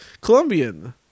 Colombian